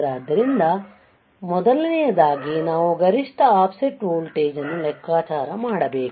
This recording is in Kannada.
ಆದ್ದರಿಂದ ಮೊದಲನೆಯದಾಗಿ ನಾವು ಗರಿಷ್ಠ ಆಫ್ಸೆಟ್ ವೋಲ್ಟೇಜ್ ಅನ್ನು ಲೆಕ್ಕಾಚಾರ ಮಾಡಬೇಕು